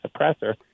suppressor